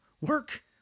work